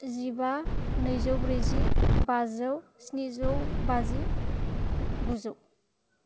जिबा नैजौ ब्रैजि बाजौ स्निजौ बाजि गुजौ